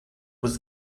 was